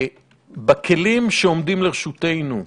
בכלים שעומדים לרשותנו היום,